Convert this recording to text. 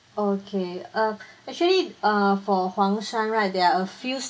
okay uh actually err for huang shan right there are a few